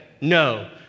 No